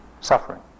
suffering